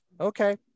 Okay